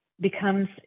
becomes